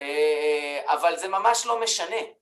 אבל זה ממש לא משנה.